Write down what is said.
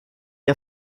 ihr